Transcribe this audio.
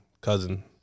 Cousin